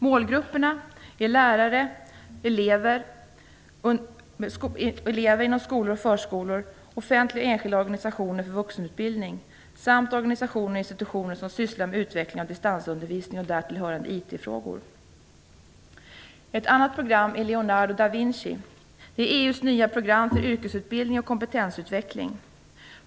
Målgrupperna är lärare, elever inom skolor och förskolor, offentliga och enskilda organisationer för vuxenutbildning samt organisationer och institutioner som sysslar med utveckling av distansundervisning och därtill hörande IT-frågor. Ett annat program är Leonardo da Vinci. Det är EU:s nya program för yrkesutbildning och kompetensutveckling.